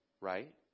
right